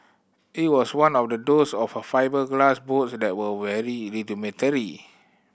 it was one of the those old fibreglass boat that were very rudimentary